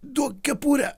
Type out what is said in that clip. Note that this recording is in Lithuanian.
duok kepurę